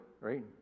right